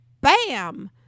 Bam